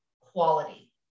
quality